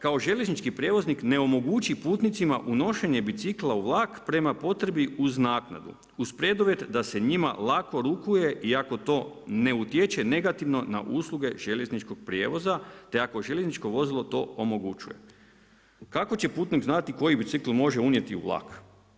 Kao željeznički prijevoznik ne omogući putnicima unošenje bicikla u vlak prema potrebi uz naknadu, uz preduvjet da se njima lako rukuje i ako to ne utječe negativno na usluge željezničkog prijevoza, te ako željezničko vozilo to omogućuje.“ Kako će putnik znati koji bicikl može unijeti u vlak?